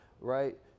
right